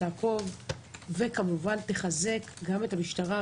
תעקוב ותחזק כמובן את המשטרה,